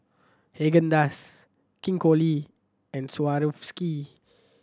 Haagen Dazs King Koil and Swarovski